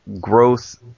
growth